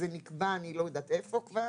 זה נקבע אני לא יודעת איפה כבר.